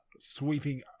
sweeping